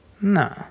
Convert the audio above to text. No